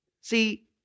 See